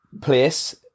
place